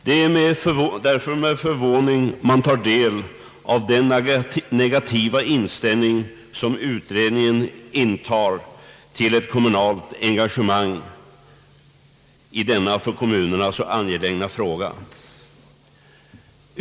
Det är med förvåning man tar del av den negativa inställning, som utredningen intar till ett kommunalt engagemang i denna för kommunerna så angelägna fråga.